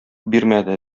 бирмәде